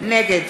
נגד